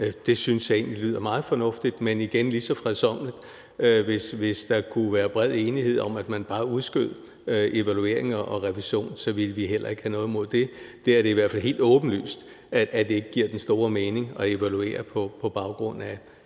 det synes jeg egentlig lyder meget fornuftigt. Men igen vil jeg lige så fredsommeligt sige: Hvis der kunne være bred enighed om, at man bare udskød evalueringen og revisionen, ville vi heller ikke have noget imod det. Det er i hvert fald helt åbenlyst, at det ikke giver den store mening at evaluere på baggrund af